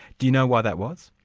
do you know why that was?